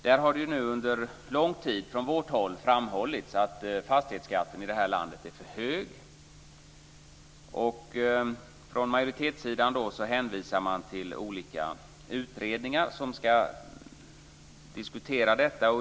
Under lång tid har det nu från vårt håll framhållits att fastighetsskatten i det här landet är för hög. Från majoritetssidan hänvisar man till olika utredningar som ska diskutera detta.